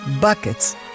buckets